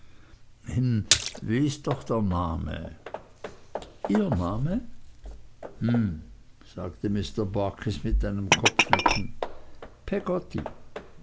wie ist doch der name ihr name hm sagte mr barkis mit einem kopfnicken peggotty